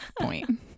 point